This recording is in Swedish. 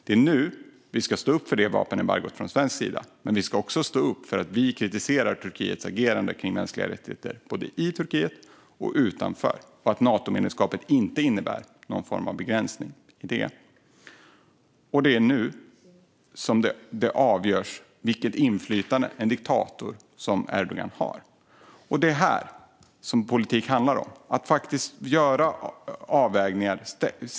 Det är nu vi ska stå upp för det vapenembargot från svensk sida. Men vi ska också stå upp för att vi kritiserar Turkiets agerande kring mänskliga rättigheter, både i Turkiet och utanför, och att Natomedlemskapet inte innebär någon form av begränsning i det. Det är nu det avgörs vilket inflytande en diktator som Erdogan har. Det är det här politik handlar om: att faktiskt göra avvägningar.